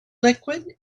liquid